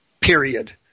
Period